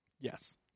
Yes